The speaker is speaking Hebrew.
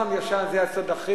אני מסכים אתך,